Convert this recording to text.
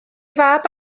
fab